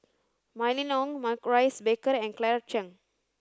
Mylene Ong Maurice Baker and Claire Chiang